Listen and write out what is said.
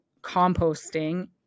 composting